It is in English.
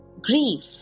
Grief